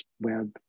web